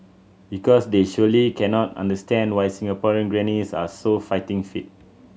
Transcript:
because they surely cannot understand why Singaporean grannies are so fighting fit